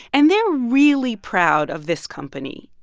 and they're really proud of this company.